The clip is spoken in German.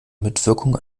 mitwirkung